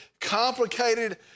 complicated